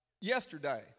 yesterday